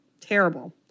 Terrible